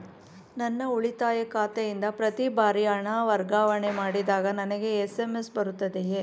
ನನ್ನ ಉಳಿತಾಯ ಖಾತೆಯಿಂದ ಪ್ರತಿ ಬಾರಿ ಹಣ ವರ್ಗಾವಣೆ ಮಾಡಿದಾಗ ನನಗೆ ಎಸ್.ಎಂ.ಎಸ್ ಬರುತ್ತದೆಯೇ?